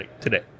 today